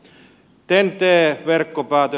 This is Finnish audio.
ten t verkkopäätös